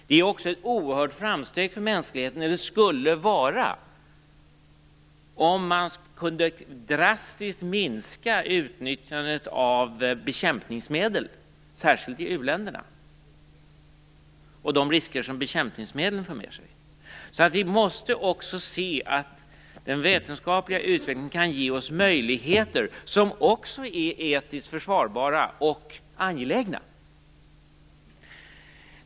Det skulle också vara ett oerhört framsteg för mänskligheten om man, särskilt i u-länderna, drastiskt kunde minska utnyttjandet av bekämpningsmedel med tanke på de risker som dessa för med sig. Vi måste se att den vetenskapliga utvecklingen också kan ge oss möjligheter som är etiskt försvarbara och angelägna.